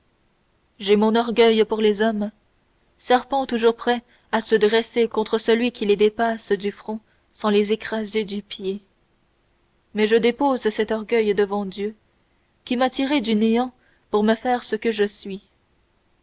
j'ai mon orgueil pour les hommes serpents toujours prêts à se dresser contre celui qui les dépasse du front sans les écraser du pied mais je dépose cet orgueil devant dieu qui m'a tiré du néant pour me faire ce que je suis